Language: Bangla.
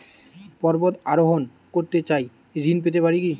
পর্বত আরোহণ করতে চাই ঋণ পেতে পারে কি?